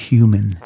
Human